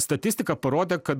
statistika parodė kad